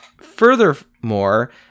furthermore